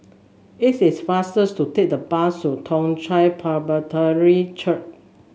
it is faster to take the bus to Toong Chai Presbyterian Church